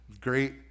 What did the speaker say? great